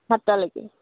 সাতটালৈকে